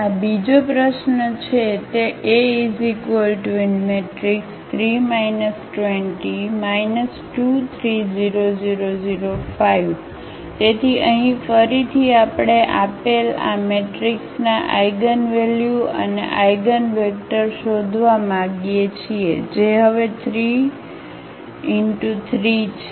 આ બીજી પ્રશ્ન છે તે A3 2 0 2 3 0 0 0 5 તેથી અહીં ફરીથી આપણે આપેલ આ મેટ્રિક્સના આઇગનવલ્યુ અને આઆઇગનવેક્ટર શોધવા માગીએ છીએ જે હવે 3 × 3 છે